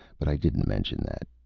but i didn't mention that.